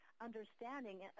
understanding